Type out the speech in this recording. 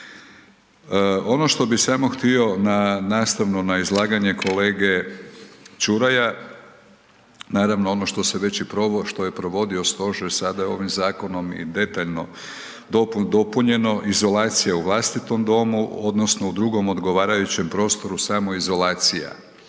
Ono što bi samo htio nastavno na izlaganje kolege Čuraja, naravno ono što je već i provodio stožer sada ovim zakonom i detaljno dopunjeno. Izolacija u vlastitom domu odnosno u drugom odgovarajućem prostoru samoizolacija.